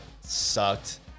sucked